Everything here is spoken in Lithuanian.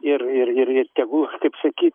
ir ir ir ir tegu kaip sakyt